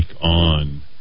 on